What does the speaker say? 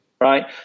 right